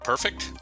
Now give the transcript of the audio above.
Perfect